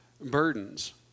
burdens